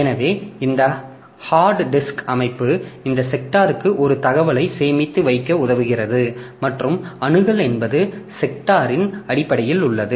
எனவே இந்த hard disk அமைப்பு இந்த செக்டார்க்கு ஒரு தகவலை சேமித்து வைக்க உதவுகிறது மற்றும் அணுகல் என்பது செக்டார்களின் அடிப்படையில் உள்ளது